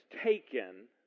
taken